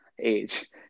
age